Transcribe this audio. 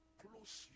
close